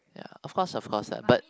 of course of course lah but